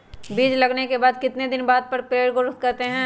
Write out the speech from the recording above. बीज लगाने के बाद कितने दिन बाद पर पेड़ ग्रोथ करते हैं?